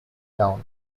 town